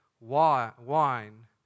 wine